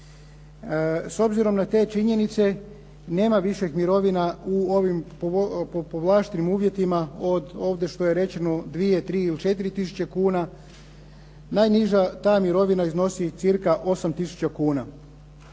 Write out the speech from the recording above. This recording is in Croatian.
S obzirom na te činjenice nema više mirovina u ovim povlaštenim uvjetima od ovdje što je rečeno 2, 3 ili 4 tisuće kuna. Najniža ta mirovina iznosi cirka 8 tisuća kuna.